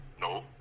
No